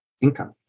income